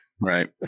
Right